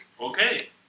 Okay